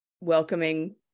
welcoming